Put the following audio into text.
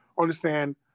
understand